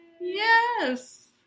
Yes